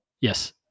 Yes